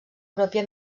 pròpia